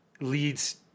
leads